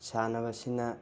ꯁꯥꯟꯅꯕꯁꯤꯅ